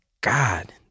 God